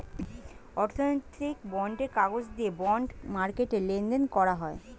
অর্থনৈতিক বন্ডের কাগজ দিয়ে বন্ড মার্কেটে লেনদেন করা হয়